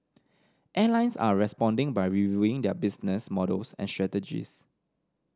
airlines are responding by reviewing their business models and strategies